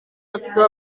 actor